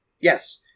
Yes